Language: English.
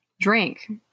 drink